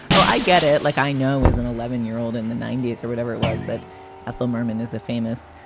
oh, i get it. like, i know as an eleven year old in the ninety s or whatever it was that ethel merman is a famous,